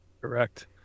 correct